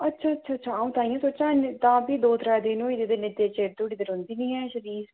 अच्छा अच्छा अच्छा अं'ऊ तां गै सोचा इ'न्ने तां भी दौं त्रैऽ दिन होई दे नेईं ते इ'न्ने चिर तोड़ी ते रौंह्दी निं है शरीर